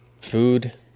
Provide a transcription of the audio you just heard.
food